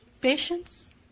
Patience